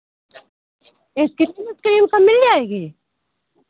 ice cream ओसक्रीम सब मिल जाएगी